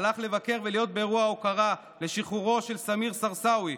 הלך לבקר ולהיות באירוע הוקרה לשחרורו של סמיר סרסאוי,